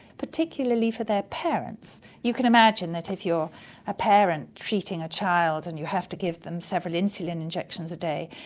particularly for their parents. you can imagine that if you're a parent treating a child and you have to give them several insulin injections a day,